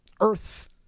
earth